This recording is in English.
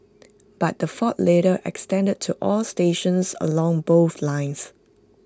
but the fault later extended to all stations along both lines